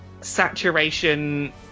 saturation